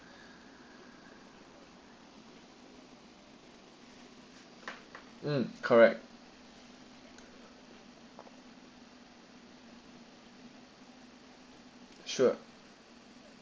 mm correct sure